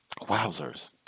Wowzers